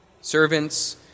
Servants